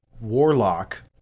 warlock